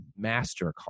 MasterCard